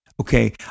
Okay